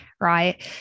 right